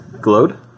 Glowed